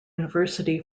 university